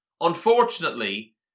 Unfortunately